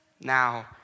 Now